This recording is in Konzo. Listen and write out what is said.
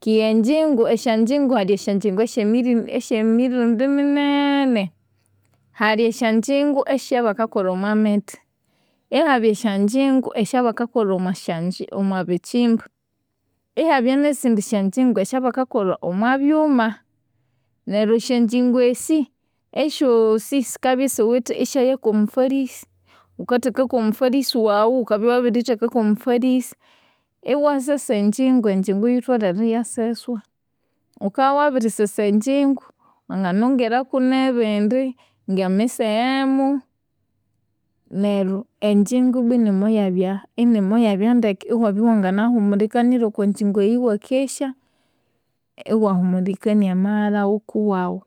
Keghe enjingu, esyanjingu hali esyanjingu esyami esyamirundi minene. Hali esyanjingu esyabakakolha omwaji omwamithi, ihabya esyanjingu esyabakolha omwasya omwabikyimba, ihabya nesindi syanjingu esyabakakolha omwabyuma. Neryo esyanjingu esi, esyooosi sikabya siwithe isyaku omufalisi. Ghukathekaku omufalisi waghu, ghukabya wabirithekaku omufalisi, iwasesa enjingu, enjingu yitholere iyaseswa. Ghukabya wabirisesa enjingu, wanginongeraku nebindi, ngemiseghemu neryo enjingu ibwa inimuyabya inimuyabya ndeke. Iwabya iwanginahumulikanira okwanjingu eyi iwakesya. Iwahumulikania amaghalha ghukuwaghu.